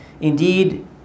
Indeed